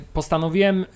Postanowiłem